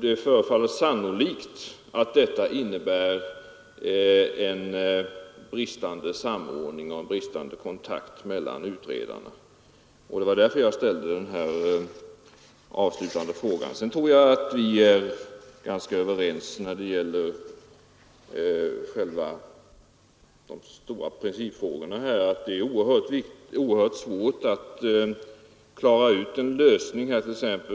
Det förefaller sannolikt att detta innebär en bristande samordning och en bristande kontakt mellan utredarna. Det var därför jag ställde den här avslutande frågan. Sedan tror jag att kommunikationsministern och jag när det gäller de stora principfrågorna är ganska överens och att det är oerhört svårt att få en lösning